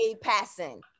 passing